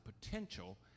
potential